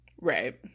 Right